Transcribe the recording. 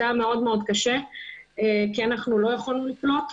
זה היה מאוד מאוד קשה, כי אנחנו לא יכולנו לקלוט,